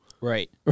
Right